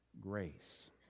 grace